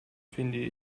finde